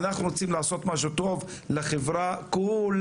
אנחנו רוצים לעשות משהו טוב לחברה כולה,